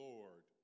Lord